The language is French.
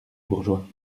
bourgeois